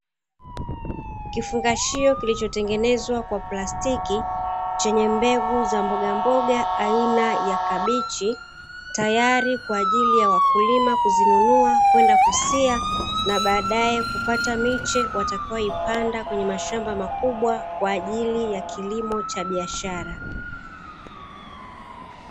Kifungashio kilichotengenezwa kwa plastiki, chenye mbegu za mbogamboga aina ya kabichi, tayari kwa ajili ya wakulima kuzinunua kwenda kusia na baadae kupata miche watakayoipanda kwenye mashamba makubwa kwa ajili ya kilimo cha biashara.